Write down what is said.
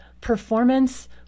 performance